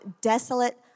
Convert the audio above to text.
desolate